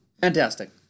fantastic